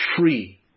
free